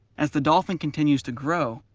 as the dolphin continues to grow,